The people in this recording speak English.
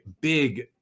big